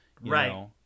Right